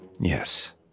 Yes